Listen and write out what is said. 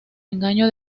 engaño